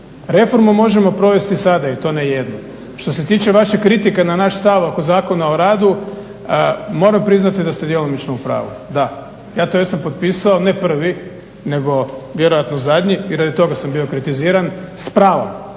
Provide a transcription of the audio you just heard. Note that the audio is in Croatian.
Reformu možemo provesti sada i to ne jednu. Što se tiče vaših kritika na naš stav oko Zakona o radu, moram priznati da ste djelomično u pravu, da, ja to jesam potpisao, ne prvi nego vjerojatno zadnji i radi toga sam bio kritiziran s pravom,